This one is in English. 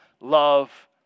love